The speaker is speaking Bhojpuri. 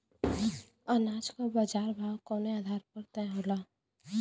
अनाज क बाजार भाव कवने आधार पर तय होला?